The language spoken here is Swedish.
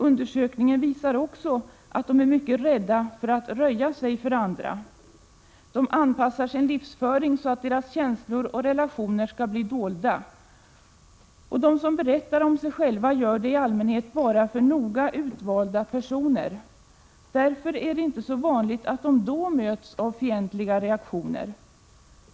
Undersökningen visar också att de är mycket rädda för att röja sig för andra. De anpassar sin livsföring så att deras känslor och relationer skall bli dolda. De som berättar om sig själva gör det i allmänhet bara för noga utvalda personer. Därför är det inte så vanligt att de då möts av fientliga reaktioner.